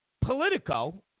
Politico